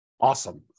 awesome